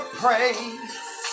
praise